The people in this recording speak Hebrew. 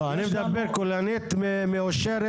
לא, אני מדבר כוללנית מאושרת.